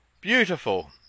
beautiful